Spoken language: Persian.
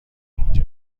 اینجا